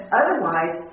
otherwise